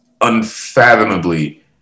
unfathomably